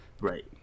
Right